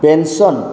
pension